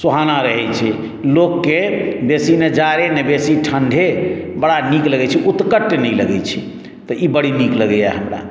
सुहाना रहै छै लोकके बेसी ने जाड़े ने बेसी ठण्डे बड़ा नीक लगै छै उत्कट नहि लगै छै तऽ ई बड़ी नीक लगैए हमरा